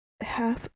half